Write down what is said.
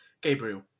Gabriel